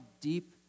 deep